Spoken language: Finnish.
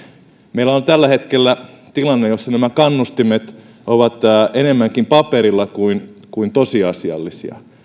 meillä on tällä hetkellä tilanne jossa kannustimet ovat enemmänkin paperilla kuin kuin tosiasiallisia